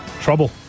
Trouble